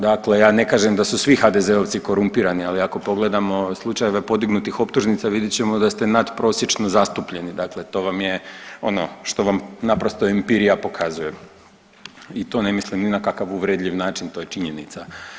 Dakle ja ne kažem da su svi HDZ-ovci korumpirani, ali ako pogledamo slučajeve podignutih optužnica, vidjet ćemo da ste nadprosječno zastupljeni, dakle to vam je ono što vam naprosto empirija pokazuje i to ne mislim ni na kakav uvredljiv način, to je činjenica.